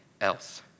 else